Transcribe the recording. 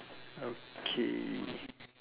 okay